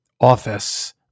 office